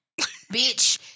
Bitch